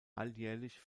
alljährlich